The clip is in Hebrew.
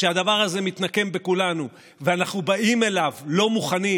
כשהדבר הזה מתנקם בכולנו ואנחנו באים אליו לא מוכנים,